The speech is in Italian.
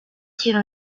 tiene